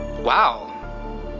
Wow